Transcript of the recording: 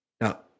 Now